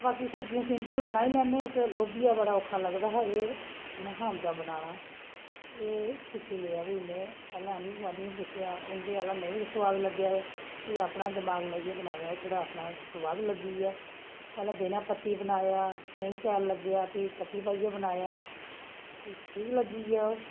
बाकी सब्जियां सिम्पल बनाई लैन्ने आं लोभिया बड़ा औक्खा लगदा हा एह् नेहा औंदा बनाना एह् सिक्खी लेआ फ्ही में पैह्लें आंढियै गुआंढियै गी पुच्छेआ उं'दे आह्ला नेईं सुआद लग्गेआ फ्ही अपना दमाक लाइयै बनाया थोह्ड़ा फ्ही सुआद लग्गेआ पैह्ले बिना पत्ती बनाया नेईं शैल लग्गेआ फ्ही पत्ती पाइयै बनाया किश ठीक लग्गी गेआ ओह्